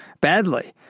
badly